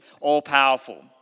all-powerful